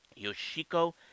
Yoshiko